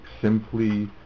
simply